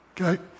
Okay